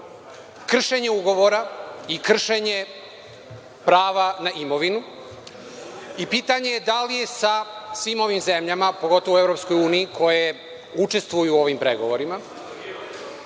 kršenje ugovora i kršenje prava na imovinu i pitanje je da li je svim ovim zemljama, pogotovo u EU koje učestvuju u ovim pregovorima,